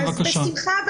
בשמחה.